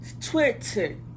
twitter